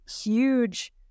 huge